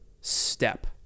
step